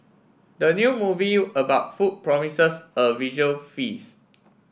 the new movie about food promises a visual feast